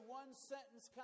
one-sentence